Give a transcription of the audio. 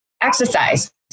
Exercise